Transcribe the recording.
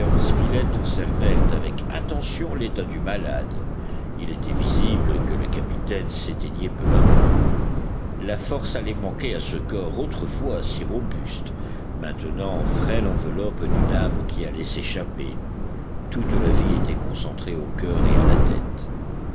spilett observèrent avec attention l'état du malade il était visible que le capitaine s'éteignait peu à peu la force allait manquer à ce corps autrefois si robuste maintenant frêle enveloppe d'une âme qui allait s'échapper toute la vie était concentrée au coeur et à la tête